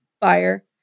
fire